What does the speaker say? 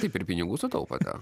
taip ir pinigų sutaupote